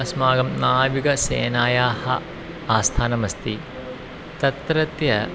अस्माकं नाविकसेनायाः आस्थानमस्ति तत्रत्य